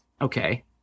okay